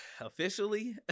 officially